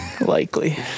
Likely